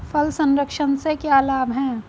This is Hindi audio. फल संरक्षण से क्या लाभ है?